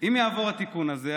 אם יעבור התיקון הזה,